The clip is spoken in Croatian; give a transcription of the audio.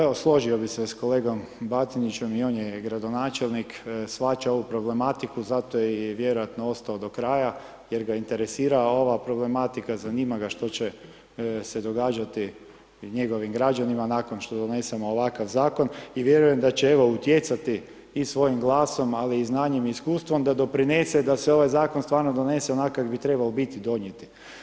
Evo složio bi se s kolegom Batinićem, i on je gradonačelnik, shvaća ovu problematiku, zato je i vjerojatno ostao do kraja jer ga interesira ova problematika, zanima ga što će se događati i njegovim građanima nakon što donesemo ovakav zakon i vjerujem da će evo utjecati i svojim glasom, ali i znanjem i iskustvom da doprinese da se ovaj zakon stvarno donese onak kak bi trebao biti donijet.